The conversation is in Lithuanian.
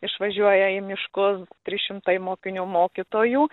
išvažiuoja į miškus trys šimtai mokinių mokytojų